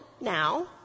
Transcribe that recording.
now